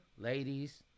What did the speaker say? Ladies